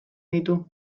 ditu